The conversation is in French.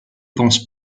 pense